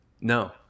No